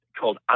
called